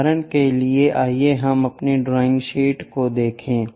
उदाहरण के लिए आइए हम अपनी ड्राइंग शीट को देखें